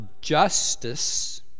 justice